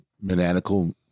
Maniacal